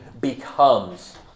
becomes